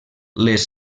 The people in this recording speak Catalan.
les